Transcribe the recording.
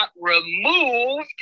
removed